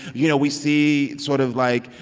you know, we see sort of, like,